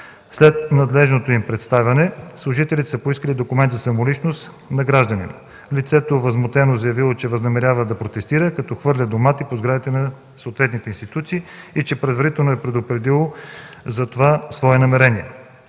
След надлежното им представяне служителите са поискали документ за самоличност на гражданина. Лицето възмутено заявило, че възнамерява да протестира, като хвърля домати по сградите на съответните институции и че предварително е предупредило за това свое намерение.